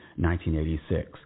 1986